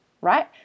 right